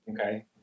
Okay